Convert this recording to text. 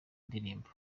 ndirimbo